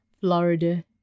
Florida